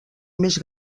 més